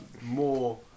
more